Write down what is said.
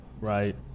Right